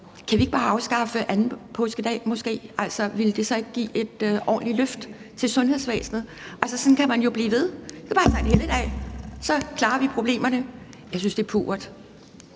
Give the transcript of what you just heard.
Kan vi måske ikke bare afskaffe anden påskedag? Ville det så ikke give et ordentligt løft til sundhedsvæsenet? Sådan kan man jo blive ved. Det er bare at tage en helligdag, og så klarer vi problemerne. Jeg synes, det er pauvert.